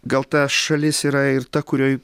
gal ta šalis yra ir ta kurioj